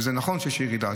וזה נכון שיש ירידה,